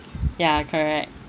ya correct